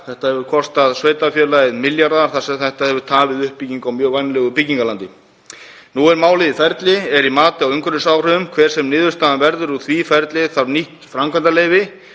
Þetta hefur kostað sveitarfélagið milljarða þar sem þetta hefur tafið uppbyggingu á mjög vænlegu byggingarlandi. Nú er málið í ferli, er í mati á umhverfisáhrifum. Hver sem niðurstaðan verður úr því ferli þarf nýtt framkvæmdaleyfi